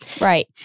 Right